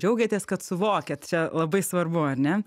džiaugiatės kad suvokiat čia labai svarbu ar ne